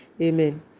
Amen